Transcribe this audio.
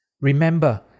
Remember